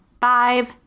five